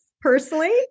personally